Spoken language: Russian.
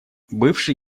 бывший